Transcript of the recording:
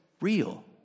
real